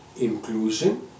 inclusion